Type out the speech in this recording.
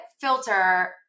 filter –